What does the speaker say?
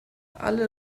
alle